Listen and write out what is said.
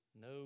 No